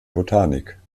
botanik